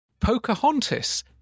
Pocahontas